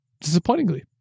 disappointingly